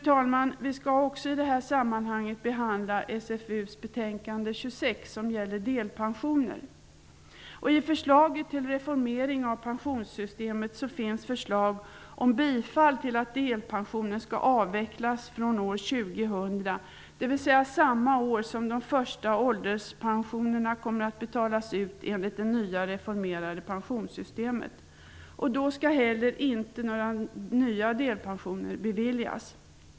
I detta sammanhang skall vi också behandla socialförsäkringsutskottets betänkande nr 26, som gäller delpensioner. I förslaget till reformering av pensionssystemet finns förslag om bifall till att delpensionen skall avvecklas från år 2000, dvs. samma år som de första ålderspensionerna kommer att betalas ut enligt det nya reformerade pensionssystemet. Då skall inte heller några nya delpensioner beviljas.